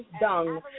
dung